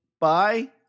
bye